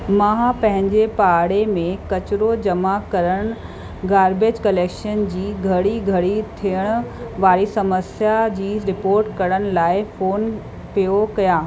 मां पंहिंजे पाड़े में कचिरो जमा करण गार्बेज कलेक्शन जी घड़ी घड़ी थियणु वारी समस्या जी रिपोर्ट करण लाइ फोन पियो कयां